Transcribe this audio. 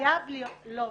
לא משטרה,